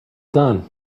done